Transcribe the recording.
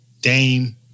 Dame